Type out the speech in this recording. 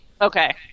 Okay